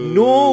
no